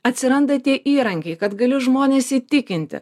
atsiranda tie įrankiai kad galiu žmones įtikinti